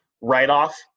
write-off